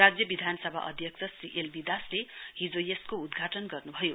राज्यविधानसभा अध्यक्ष Shri L V दासले हिजो यसको उद्घाटन गर्नुभयो